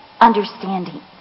understanding